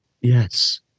Yes